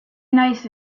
nice